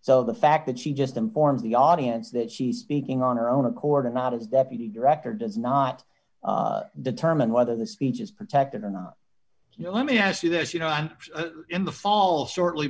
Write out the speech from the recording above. so the fact that she just informs the audience that she's speaking on her own accord or not as deputy director does not determine whether the speech is protected or not you know let me ask you this you know i'm in the fall shortly